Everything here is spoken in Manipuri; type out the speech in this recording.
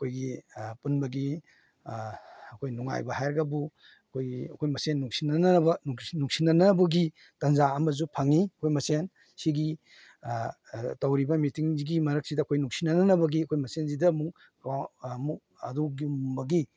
ꯑꯩꯈꯣꯏꯒꯤ ꯄꯨꯟꯕꯒꯤ ꯑꯩꯈꯣꯏ ꯅꯨꯡꯉꯥꯏꯕ ꯍꯥꯏꯔꯒꯕꯨ ꯑꯩꯈꯣꯏꯒꯤ ꯑꯩꯈꯣꯏ ꯃꯁꯦꯟ ꯅꯨꯡꯁꯤꯅꯅꯕ ꯅꯨꯡꯁꯤꯅꯅꯕꯒꯤ ꯇꯥꯟꯖꯥ ꯑꯃꯁꯨ ꯐꯪꯏ ꯑꯩꯈꯣꯏ ꯃꯁꯦꯟ ꯁꯤꯒꯤ ꯇꯧꯔꯤꯕ ꯃꯤꯇꯤꯡꯁꯤꯒꯤ ꯃꯔꯛꯁꯤꯗ ꯑꯩꯈꯣꯏ ꯅꯨꯡꯁꯤꯅꯅꯕꯒꯤ ꯃꯁꯦꯟꯁꯤꯗ ꯑꯃꯨꯛ ꯑꯃꯨꯛ ꯑꯗꯨꯒꯨꯝꯕꯒꯤ